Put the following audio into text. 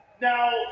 now